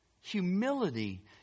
humility